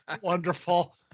wonderful